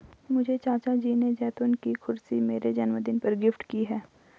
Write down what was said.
मुझे चाचा जी ने जैतून की कुर्सी मेरे जन्मदिन पर गिफ्ट की है